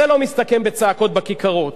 זה לא מסתכם בצעקות בכיכרות,